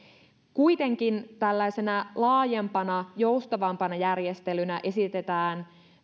kuitenkin tällaisena laajempana joustavampana järjestelynä esitetään